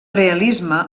realisme